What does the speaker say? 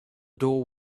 door